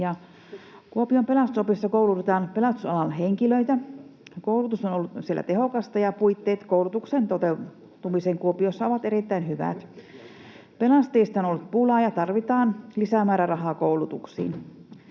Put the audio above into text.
Kuopion Pelastusopistossa koulutetaan pelastusalan henkilöitä. Koulutus on ollut siellä tehokasta, ja puitteet koulutuksen toteutumiseen Kuopiossa ovat erittäin hyvät. Pelastajista on ollut pulaa, ja tarvitaan lisämäärärahaa koulutuksiin.